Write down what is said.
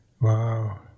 Wow